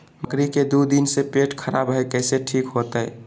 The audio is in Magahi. बकरी के दू दिन से पेट खराब है, कैसे ठीक होतैय?